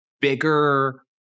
bigger